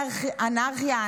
אנרכיה,